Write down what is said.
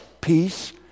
peace